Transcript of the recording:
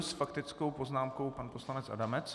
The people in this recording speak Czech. S faktickou poznámkou pan poslanec Adamec.